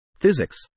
physics